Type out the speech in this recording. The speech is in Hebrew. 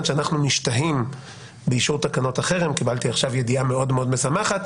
שאנחנו משתהים באישור תקנות החרם קיבלתי עכשיו ידיעה מאוד מאוד משמחת,